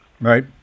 Right